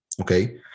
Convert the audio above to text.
Okay